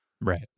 Right